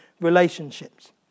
relationships